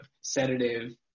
sedative